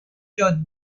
yonne